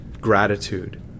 gratitude